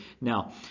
Now